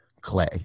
clay